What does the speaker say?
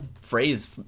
phrase